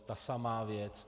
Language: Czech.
Ta samá věc.